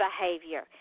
behavior